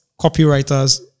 copywriters